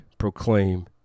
proclaim